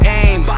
aim